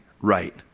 right